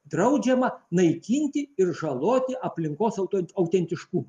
draudžiama naikinti ir žaloti aplinkos auto autentiškumą